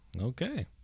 Okay